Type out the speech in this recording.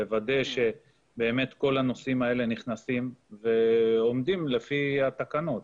לוודא שכל הנושאים האלה נכנסים ועומדים לפי התקנות.